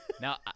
Now